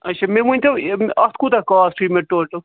اَچھا مےٚ ؤنۍتَو اَتھ کوٗتاہ کاسٹ پیٚیہِ مےٚ ٹوٹَل